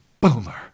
boomer